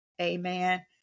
amen